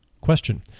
Question